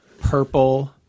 purple